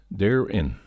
therein